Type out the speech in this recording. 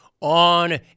On